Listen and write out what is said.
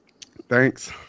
Thanks